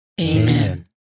Amen